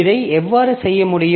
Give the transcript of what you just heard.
இதை எவ்வாறு செய்ய முடியும்